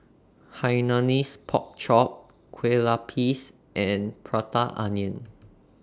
Hainanese Pork Chop Kueh Lapis and Prata Onion